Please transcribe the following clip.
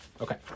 Okay